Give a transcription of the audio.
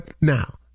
now